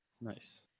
Nice